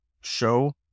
show